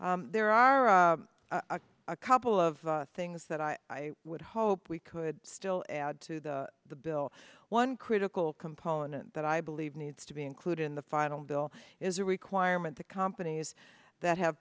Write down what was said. there are a couple of things that i would hope we could still add to the the bill one critical component that i believe needs to be included in the final bill is a requirement the companies that have